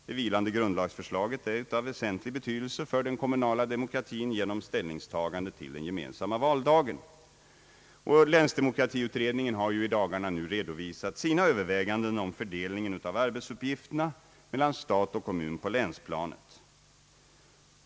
Det vilande grundlagsförslaget är av väsentlig betydelse för den kommunala demokratin genom ställningstagandet till den gemensamma valdagen, och länsdemokratiutredningen har i dagarna redovisat sina överväganden om fördelningen av arbetsuppgifterna mellan stat och kommun på länsplanet.